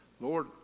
Lord